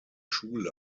schule